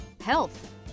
Health